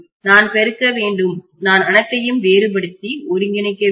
நான் பெருக்க வேண்டும் நான் அனைத்தையும் வேறுபடுத்தி ஒருங்கிணைக்க வேண்டும்